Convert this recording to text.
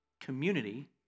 Community